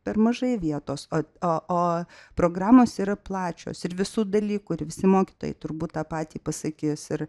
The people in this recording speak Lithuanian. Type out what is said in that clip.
per mažai vietos ot o o programos yra plačios ir visų dalykų ir visi mokytojai turbūt tą patį pasakys ir